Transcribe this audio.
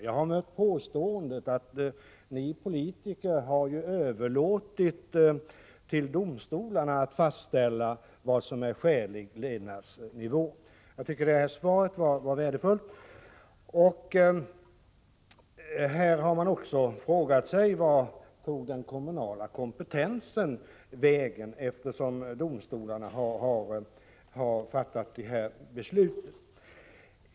Jag har också mött påståendet att vi politiker har överlåtit till domstolarna att fastställa vad som är skälig levnadsnivå. Eftersom domstolarna har fattat dessa beslut har man frågat sig: Vart tog den kommunala kompetensen vägen? Jag tycker att svaret på min interpellation var värdefullt.